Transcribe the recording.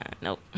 Nope